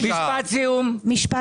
משפט סיום.